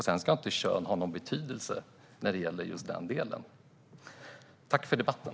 Sedan ska inte kön ha någon betydelse för just den delen. Tack för debatten!